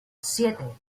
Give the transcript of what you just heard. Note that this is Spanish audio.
siete